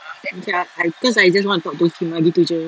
ya cause I just want to talk to him ah gitu jer